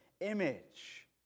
image